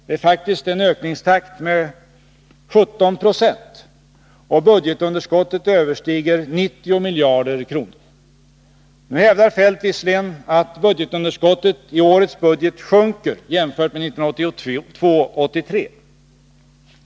Det är faktiskt en ökningstakt på 17 26, och budgetunderskottet överstiger 90 miljarder kronor. Nu hävdar herr Feldt visserligen att budgetunderskottet i årets budget sjunker jämfört med 1982/83.